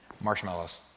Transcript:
Marshmallows